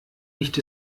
liegt